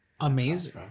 Amazing